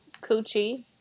Coochie